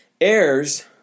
Heirs